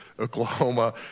Oklahoma